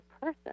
person